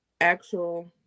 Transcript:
Actual